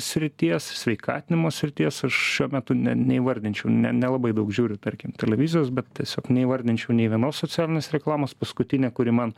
srities sveikatinimo srities aš šiuo metu ne neįvardinčiau ne nelabai daug žiūriu tarkim televizijos bet tiesiog neįvardinčiau nei vienos socialinės reklamos paskutinė kuri man